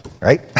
right